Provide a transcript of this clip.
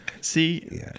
See